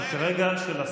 היא כרגע של השר.